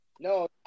No